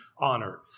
honor